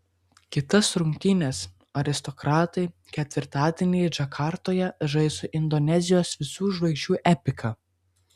kitas rungtynes aristokratai ketvirtadienį džakartoje žais su indonezijos visų žvaigždžių ekipa